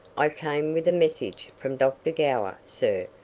i came with a message from dr. gower, sir,